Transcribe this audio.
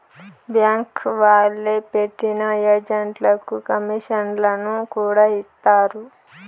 bank వాళ్లే పెట్టిన ఏజెంట్లకు కమీషన్లను కూడా ఇత్తారు